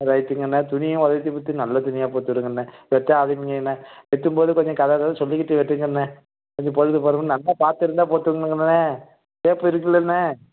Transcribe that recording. ரைட்டுங்கண்ணே துணியும் ஒதுக்கிப்புட்டு நல்ல துணியாக போட்டு விடுங்கண்ணே வெட்ட ஆரம்பிங்கண்ணே வெட்டும் போது கொஞ்சம் கதை கிதைய சொல்லிக்கிட்டு வெட்டுங்கண்ணே கொஞ்சம் பொழுது போகிற மாதிரி நல்ல பாட்டு இருந்தால் போட்டு விடுங்கண்ணே டேப்பு இருக்குதுல்லண்ணே